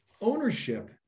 ownership